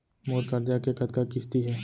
मोर करजा के कतका किस्ती हे?